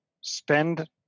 spend